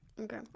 Okay